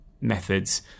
methods